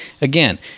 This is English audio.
again